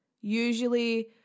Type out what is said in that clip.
usually